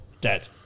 dead